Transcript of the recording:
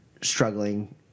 struggling